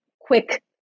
quick